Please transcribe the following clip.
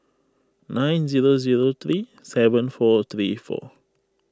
nine zero zero three seven four three four